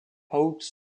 hawks